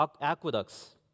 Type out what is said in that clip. aqueducts